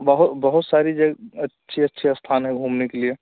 बहु बहुत सारी जगह अच्छे अच्छे स्थान हैं घूमने के लिए